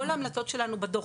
כל ההמלצות שלנו בדוח,